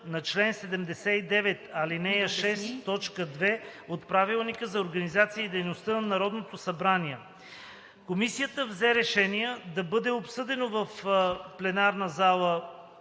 на чл. 79, ал. 6, т. 2 от Правилника за организацията и дейността на Народното събрание. Комисията взе решение да бъде обсъдено в пленарната зала